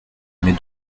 émet